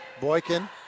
boykin